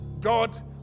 God